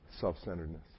self-centeredness